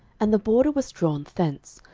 and the border was drawn thence,